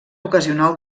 ocasional